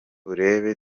urebe